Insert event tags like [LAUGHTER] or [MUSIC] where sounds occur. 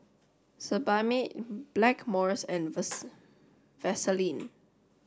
Sebamed Blackmores and [NOISE] [UNINTELLIGIBLE] Vaselin